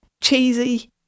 cheesy